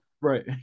Right